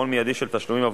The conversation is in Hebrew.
על-ידי חלק מהגורמים,